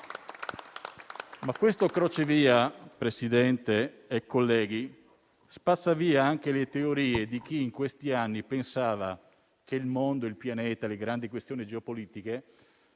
Questo crocevia, però, signor Presidente, colleghi, spazza via anche le teorie di chi, in questi anni, pensava che il mondo, il pianeta e le grandi questioni geopolitiche